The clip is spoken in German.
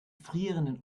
frierenden